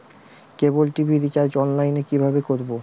কেবল TV recharge online এ কিভাবে করব?